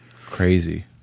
crazy